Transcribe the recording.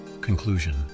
Conclusion